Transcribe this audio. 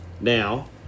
Now